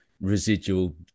Residual